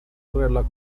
sorella